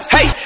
Hey